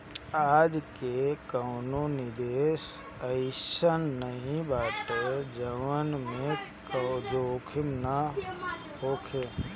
आजके कवनो निवेश अइसन नाइ बाटे जवना में जोखिम ना होखे